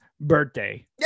birthday